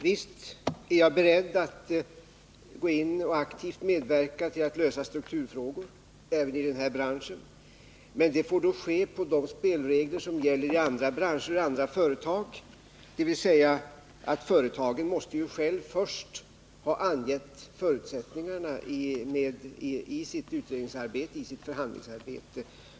Visst är jag beredd, Olle Östrand, att aktivt medverka till att lösa strukturfrågor, även i den här branschen. Men det får ske efter samma spelregler som gäller för andra branscher och företag, dvs. företagen måste först själva ange förutsättningarna i sitt utredningsoch förhandlingsarbete.